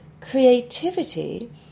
Creativity